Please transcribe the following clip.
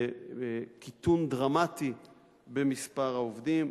וקיטון דרמטי במספר העובדים,